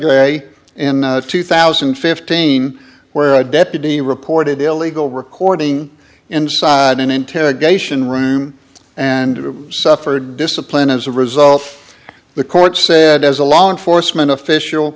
ay in two thousand and fifteen where a deputy reported illegal recording inside an interrogation room and who suffered discipline as a result the court said as a law enforcement official